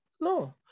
No